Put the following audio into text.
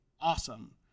Awesome